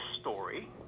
story